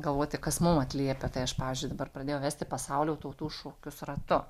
galvoti kas mum atliepia tai aš pavyzdžiui dabar pradėjau vesti pasaulio tautų šokius ratu